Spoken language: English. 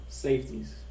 Safeties